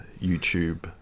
YouTube